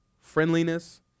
friendliness